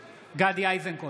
(קורא בשמות חברי הכנסת) גדי איזנקוט,